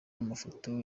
amafoto